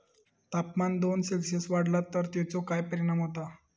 तापमान दोन सेल्सिअस वाढला तर तेचो काय परिणाम होता?